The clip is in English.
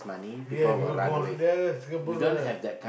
ya people go on ya ya Singapore don't have